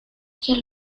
que